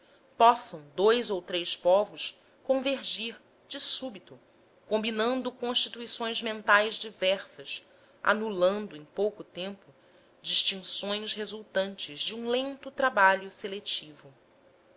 possam dous ou três povos convergir de súbito combinando constituições mentais diversas anulando em pouco tempo distinções resultantes de um lento trabalho seletivo